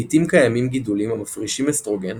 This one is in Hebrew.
לעיתים קיימים גידולים המפרישים אסטרוגן